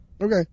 Okay